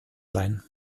sein